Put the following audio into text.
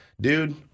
Dude